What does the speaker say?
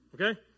okay